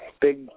big